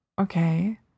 okay